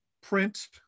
print